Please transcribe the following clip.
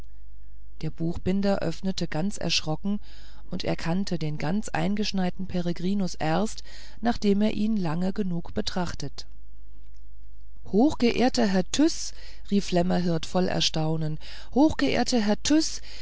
der buchbinder öffnete ganz erschrocken und erkannte den ganz eingeschneiten peregrinus erst nachdem er ihn lange genug betrachtet hochgeehrtester herr tyß rief lämmerhirt voll erstaunen hochgeehrtester herr